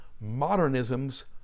Modernism's